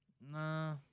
Nah